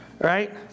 right